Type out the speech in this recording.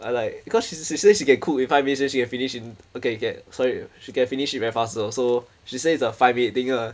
I like because she's she say she can cook in five miniutes then she can finish in okay okay sorry she can finish it very fast also so she say it's a five a thing lah